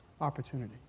opportunity